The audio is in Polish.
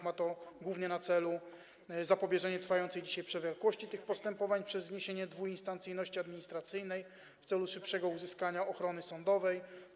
Ma to głównie na celu zapobieżenie trwającej dzisiaj przewlekłości tych postępowań przez zniesienie dwuinstancyjności administracyjnej w celu szybszego uzyskania ochrony sądowej.